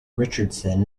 richardson